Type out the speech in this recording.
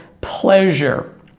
pleasure